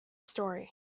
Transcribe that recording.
story